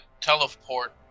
teleport